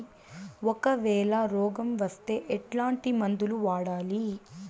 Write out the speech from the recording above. ఒకవేల రోగం వస్తే ఎట్లాంటి మందులు వాడాలి?